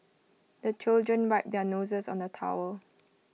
the children wipe their noses on the towel